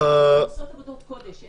הן עושות עבודת קודש.